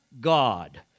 God